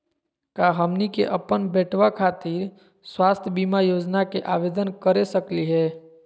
का हमनी के अपन बेटवा खातिर स्वास्थ्य बीमा योजना के आवेदन करे सकली हे?